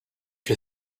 you